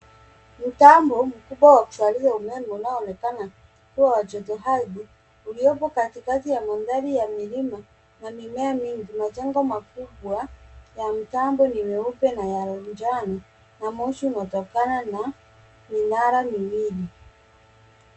Mtambo mkubwa wa kuzalisha umeme unaoonekana kuwa wa jotoardhi uliopo katikati ya mandhari ya milima na mimea mingi. Majengo makubwa ya mtambo ni meupe na ya njano na moshi unatokana na minara miwili.